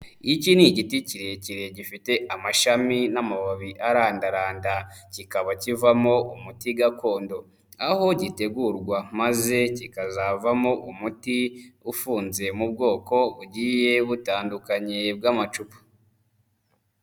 Iki ni igiti kirekire gifite amashami n'amababi arandaranda, kikaba kivamo umuti gakondo, aho gitegurwa maze kikazavamo umuti ufunze mu bwoko bugiye butandukanye bw'amacupa.